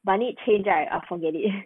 but need change I I forget it